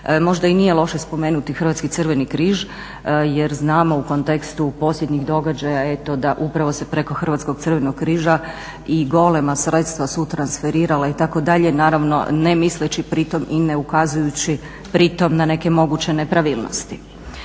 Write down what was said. Možda i nije loše spomenuti Hrvatski Crveni križ, jer znamo u kontekstu posljednjih događaja eto da upravo se preko Hrvatskog Crvenog križa i golema sredstva su transferirala itd. naravno ne misleći pritom i ne ukazujući pritom na neke moguće nepravilnosti.